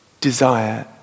desire